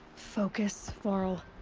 focus, varl.